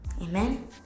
Amen